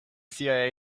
cia